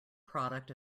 product